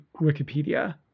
wikipedia